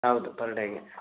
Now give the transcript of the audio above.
ಹೌದು ಪರ್ ಡೇಗೆ